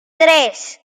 tres